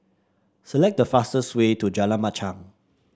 select the fastest way to Jalan Machang